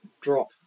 drop